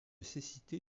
cécité